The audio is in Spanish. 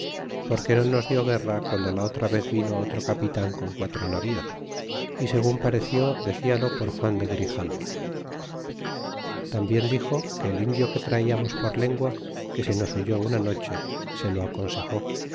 porque no nos dió guerra guando la otra vez vino otro capitan con quatro navíos y segun pareció dedal por juan de grijalva y tambien dixo que el indio que traiamos por lengua que se nos huyó una noche se lo aconsejó